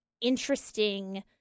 interesting